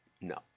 No